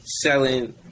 selling